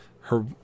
Her